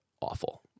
awful